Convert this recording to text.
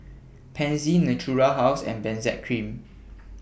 Pansy Natura House and Benzac Cream